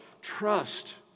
trust